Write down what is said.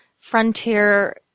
frontier